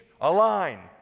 align